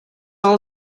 all